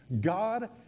God